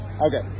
Okay